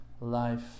life